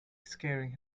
scaring